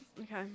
Okay